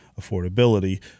affordability